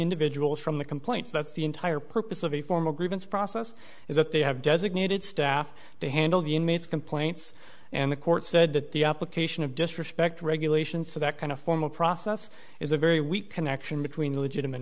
individuals from the complaints that's the entire purpose of a formal grievance process is that they have designated staff to handle the inmates complaints and the court said that the application of disrespect regulations to that kind of formal process is a very weak connection between the legitimate